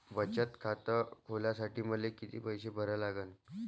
बचत खात खोलासाठी मले किती पैसे भरा लागन?